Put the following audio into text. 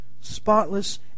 Spotless